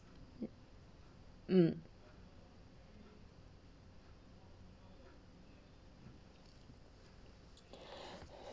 mm